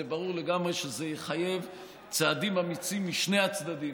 ברור לגמרי שזה יחייב צעדים אמיצים משני הצדדים,